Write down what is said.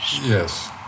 Yes